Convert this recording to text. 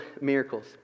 miracles